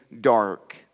dark